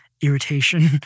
irritation